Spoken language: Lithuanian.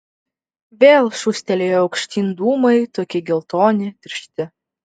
vėl šūstelėjo aukštyn dūmai tokie geltoni tiršti